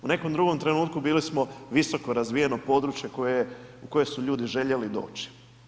U nekom drugom trenutku bili smo visoko razvijeno područje u koje su ljudi željeli doći.